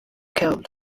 killed